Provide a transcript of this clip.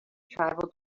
tribal